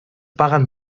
pagan